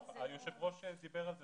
היושב ראש דיבר על זה.